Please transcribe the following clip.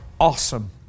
awesome